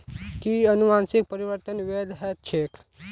कि अनुवंशिक परिवर्तन वैध ह छेक